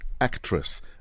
actress